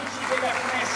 (מחיאות כפיים)